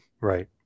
right